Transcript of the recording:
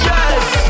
Yes